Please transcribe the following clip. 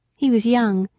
he was young,